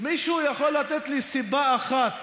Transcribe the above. מישהו יכול לתת לי סיבה אחת